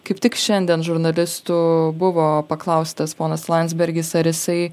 kaip tik šiandien žurnalistų buvo paklaustas ponas landsbergis ar jisai